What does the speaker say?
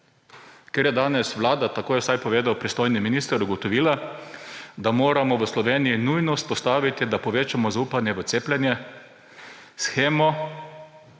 ker je danes vlada, tako je vsaj povedal pristojni minister, ugotovila, da moramo v Sloveniji nujno vzpostaviti, da povečamo zaupanje v cepljenje,